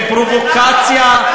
באים ונכנסים בפרובוקציה,